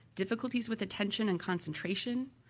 difficulty with attention and concentration,